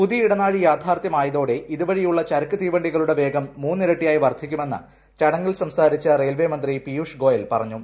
പുതിയ ഇടനാഴി യാഥാർത്ഥ്യമായതോടെ ഇതു വഴിയുള്ള ചരക്ക് തീവണ്ടികളുടെ വേഗം മുന്നിരട്ടിയായി വർദ്ധിക്കുമെന്നു ചടങ്ങിൽ സംസാരിച്ച റെയിൽവേ മന്ത്രി പീയൂഷ് ഗോയൽ പറഞ്ഞു